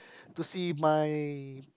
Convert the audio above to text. to see my